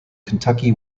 kentucky